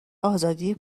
آزادی